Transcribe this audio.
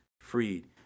freed